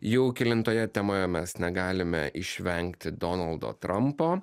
jau kelintoje temoje mes negalime išvengti donaldo trampo